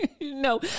no